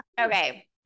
Okay